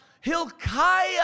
Hilkiah